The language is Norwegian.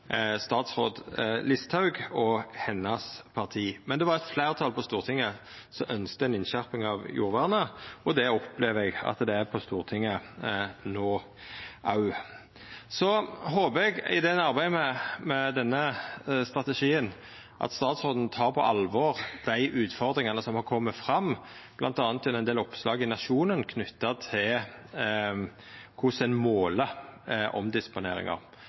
statsråd Listhaug og hennar parti. Men det var eit fleirtal på Stortinget som ønskte ei innskjerping av jordvernet, og det opplever eg at det er på Stortinget no òg. Så håpar eg at statsråden i arbeidet med strategien tek på alvor dei utfordringane som har kome fram, bl.a. gjennom ein del oppslag i Nationen, knytt til korleis ein